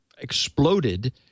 exploded